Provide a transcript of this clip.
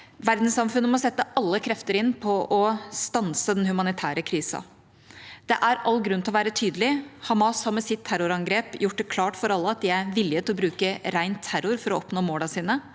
Verdenssamfunnet må sette alle krefter inn på å stanse den humanitære krisen. Det er all grunn til å være tydelig: Hamas har med sitt terrorangrep gjort det klart for alle at de er villige til å bruke ren terror for å oppnå målene sine,